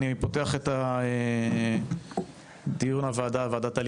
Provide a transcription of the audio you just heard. אני פותח את דיון ועדת העלייה,